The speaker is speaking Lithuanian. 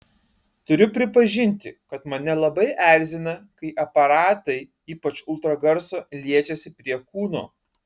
turiu pripažinti kad mane labai erzina kai aparatai ypač ultragarso liečiasi prie kūno